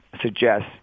suggest